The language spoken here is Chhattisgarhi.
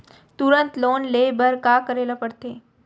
तुरंत लोन ले बर का करे ला पढ़थे?